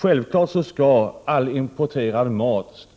Självfallet